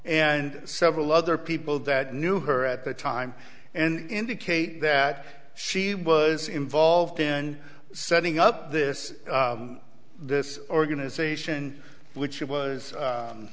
and several other people that knew her at the time and indicate that she was involved in setting up this this organization which